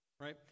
right